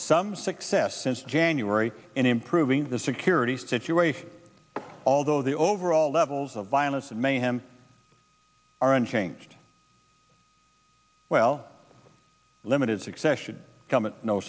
some success since january in improving the security situation although the overall levels of violence and mayhem are unchanged well limited success should come as no